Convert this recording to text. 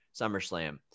SummerSlam